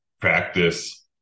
practice